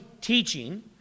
teaching